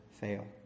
fail